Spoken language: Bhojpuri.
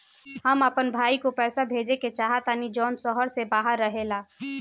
हम अपन भाई को पैसा भेजे के चाहतानी जौन शहर से बाहर रहेला